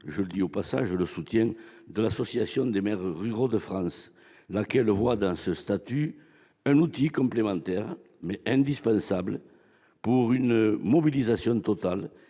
et qui a recueilli le soutien de l'Association des maires ruraux de France. L'AMRF voit dans ce statut un outil complémentaire, mais indispensable, pour une mobilisation totale